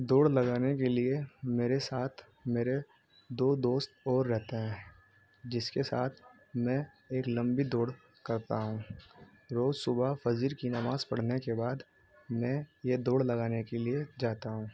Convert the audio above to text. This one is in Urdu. دوڑ لگانے کے لیے میرے ساتھ میرے دو دوست اور رہتے ہیں جس کے ساتھ میں ایک لمبی دوڑ کرتا ہوں روز صبح فجر کی نماز پڑھنے کے بعد میں یہ دوڑ لگانے کے لیے جاتا ہوں